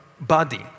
body